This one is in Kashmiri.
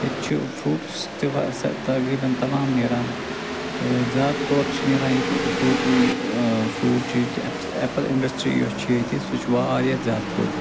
ییٚتہِ چھِ فرٛوٹٕس تہِ وَسان تقریبًا تمام نیران تہِ زیادٕ طور چھِ نیران ییٚتہِ فرٛوٹٕس ٲں فرٛوٹ چیز ییٚتہِ ایپٕل انڈسٹری یۄس چھِ ییٚتہِ سۄ چھِ واریاہ زیادٕ بٔڑ